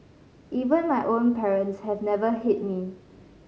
even my own parents have never hit me